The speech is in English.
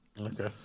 Okay